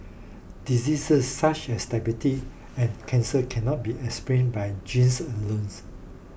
diseases such as diabetes and cancer cannot be explained by genes